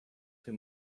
too